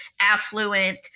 affluent